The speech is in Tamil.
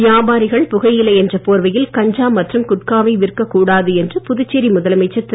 வியாபாரிகள் புகையிலை என்ற போர்வையில் கஞ்சா மற்றும் குட்காவை விற்க கூடாது என்று புதுச்சேரி முதலமைச்சர் திரு